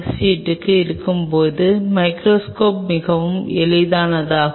இங்கே என்ன நடக்கும் என்பது இந்த தொடர்பு மிகவும் முக்கியமானதாகும்